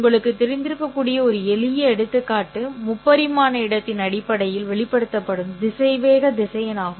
உங்களுக்கு தெரிந்திருக்கக்கூடிய ஒரு எளிய எடுத்துக்காட்டு முப்பரிமாண இடத்தின் அடிப்படையில் வெளிப்படுத்தப்படும் திசைவேக திசையன் ஆகும்